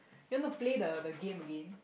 you want to play the the game again